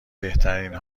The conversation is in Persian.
بهترین